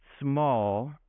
small